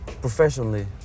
Professionally